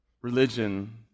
religion